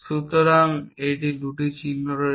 সুতরাং এখানে 2টি চিহ্ন রয়েছে